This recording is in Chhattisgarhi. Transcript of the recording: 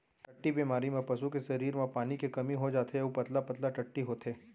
टट्टी बेमारी म पसू के सरीर म पानी के कमी हो जाथे अउ पतला पतला टट्टी होथे